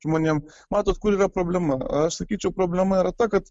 žmonėm matot kur yra problema aš sakyčiau problema yra ta kad